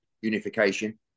unification